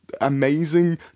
Amazing